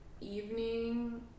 evening